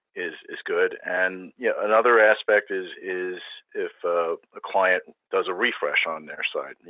is is good. and yeah another aspect is is if a client does a refresh on their site. and you